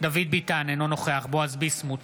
דוד ביטן, אינו נוכח בועז ביסמוט,